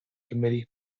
committee